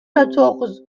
quatorze